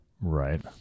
Right